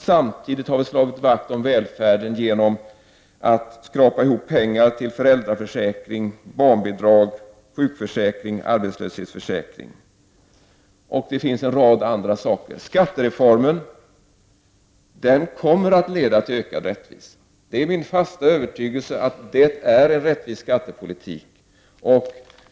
Samtidigt har vi slagit vakt om välfärden genom att skrapa ihop pengar till föräldraförsäkring, barnbidrag, sjukförsäkring och arbetslöshetsförsäkring. Det finns en rad andra saker. Skattereformen kommer att leda till ökad rättvisa. Det är min fasta övertygelse att det är en rättvis skattepolitik.